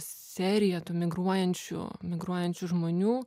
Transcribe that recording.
seriją tų migruojančių migruojančių žmonių